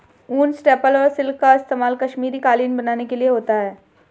ऊन, स्टेपल और सिल्क का इस्तेमाल कश्मीरी कालीन बनाने के लिए होता है